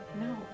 No